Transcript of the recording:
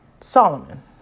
Solomon